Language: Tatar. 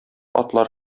атлар